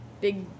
Big